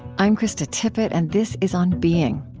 i'm krista tippett, and this is on being